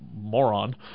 moron